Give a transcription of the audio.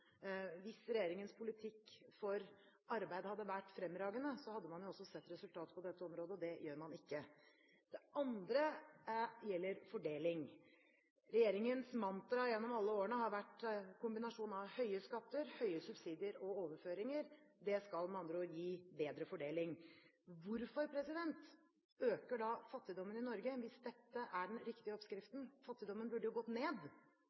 Hvis regjeringens politikk for arbeid hadde vært fremragende, hadde man jo også sett resultater på dette området – og det gjør man ikke. Det andre gjelder fordeling. Regjeringens mantra gjennom alle årene har vært kombinasjon av høye skatter, høye subsidier og overføringer. Det skal med andre ord gi bedre fordeling. Hvorfor øker da fattigdommen i Norge, hvis dette er den riktige oppskriften? Fattigdommen burde jo ha gått ned